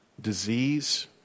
disease